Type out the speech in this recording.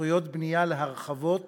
זכויות בנייה להרחבות